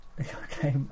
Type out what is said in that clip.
Okay